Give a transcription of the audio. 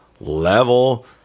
level